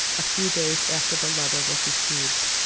a few days after the letter was received.